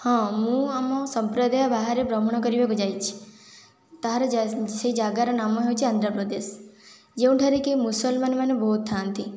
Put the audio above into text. ହଁ ମୁଁ ଆମ ସମ୍ପ୍ରଦାୟ ବାହାରେ ଭ୍ରମଣ କରିବାକୁ ଯାଇଛି ତାହାର ସେ ଜାଗାର ନାମ ହେଉଛି ଆନ୍ଧ୍ରପ୍ରଦେଶ ଯେଉଁଠାରେ କି ମୁସଲମାନ ମାନେ ବହୁତ ଥାଆନ୍ତି